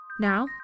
Now